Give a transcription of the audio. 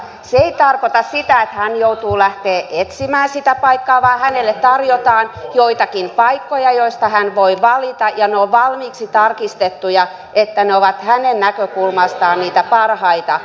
se ei tarkoita sitä että hän joutuu lähtemään etsimään sitä paikkaa vaan hänelle tarjotaan joitakin paikkoja joista hän voi valita ja ne ovat valmiiksi tarkistettuja että ne ovat hänen näkökulmastaan niitä parhaita vaihtoehtoja